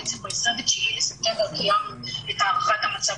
בעצם ב-29 בספטמבר קיימנו את הערכת המצב